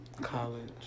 College